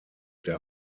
der